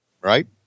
right